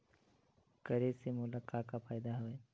करे से मोला का का फ़ायदा हवय?